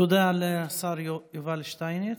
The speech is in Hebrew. תודה לשר יובל שטייניץ.